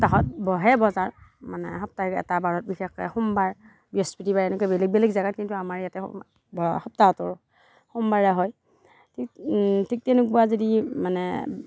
সপ্তাহত বহে বজাৰ মানে সপ্তাহত এটা বাৰত বিশেষকৈ সোমবাৰ বৃহস্পতিবাৰ এনেকৈ বেলেগ বেলেগ জেগাত কিন্তু আমাৰ ইয়াতে সপ্তাহটোৰ সোমবাৰে হয় ঠিক ঠিক তেনেকুৱা যদি মানে